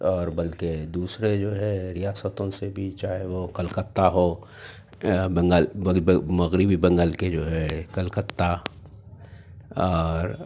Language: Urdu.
اور بلکہ دوسرے جو ہے ریاستوں سے بھی چاہے وہ کلکتہ ہو مغربی بنگال کے جو ہے کلکتہ اور